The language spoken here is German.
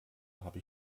habe